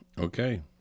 Okay